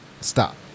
Stop